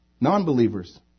Non-believers